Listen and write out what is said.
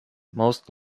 most